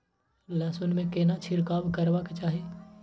लहसुन में केना छिरकाव करबा के चाही?